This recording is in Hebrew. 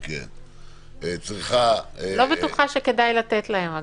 רק אתן את המסגרת לפי סעיף 2א לחוק הסמכויות,